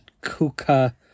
Kuka